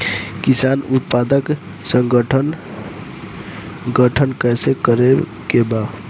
किसान उत्पादक संगठन गठन कैसे करके बा?